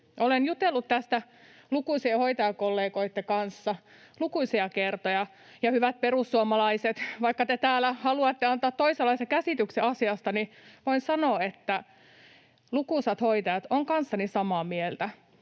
Olen jutellut tästä lukuisien hoitajakollegoitten kanssa lukuisia kertoja. Ja, hyvät perussuomalaiset, vaikka te täällä haluatte antaa toisenlaisen käsityksen asiasta, niin voin sanoa, että lukuisat hoitajat ovat kanssani samaa mieltä.